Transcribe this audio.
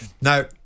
Now